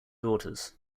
daughters